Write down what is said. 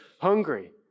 hungry